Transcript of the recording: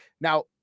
Now